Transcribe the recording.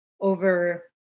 over